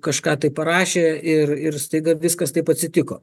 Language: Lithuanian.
kažką tai parašė ir ir staiga viskas taip atsitiko